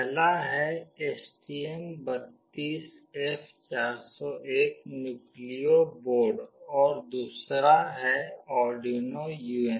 पहला है STM32F401 Nucleo board और दूसरा है आर्डुइनो UNO